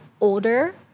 older